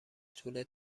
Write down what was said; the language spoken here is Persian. طول